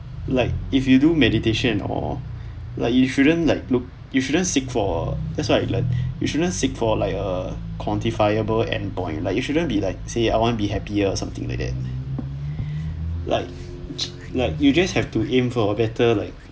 like if you do meditation or like you shouldn't like look you shouldn't seek for that's what I learn you shouldn't seek for like a quantifiable end point like you shouldn't be like say I want be happier or something like that like like you just have to aim for better like